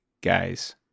guys